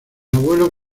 abuelos